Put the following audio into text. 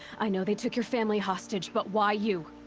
i know they took your family hostage, but why you?